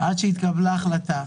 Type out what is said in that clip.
עד שהתקבלה החלטה